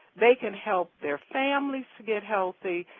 they can help their families to get healthy,